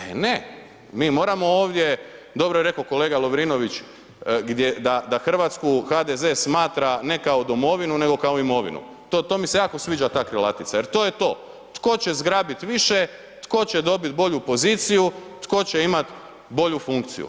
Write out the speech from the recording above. E ne, mi moramo ovdje, dobro je rekao kolega Lovrinović da Hrvatsku HDZ smatra ne kao domovinu nego kao imovinu, to mi se jako sviđa ta krilatica jer to je to, tko će zgrabiti više, tko će dobiti bolju poziciju tko će imati bolju funkciju.